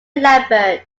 lambert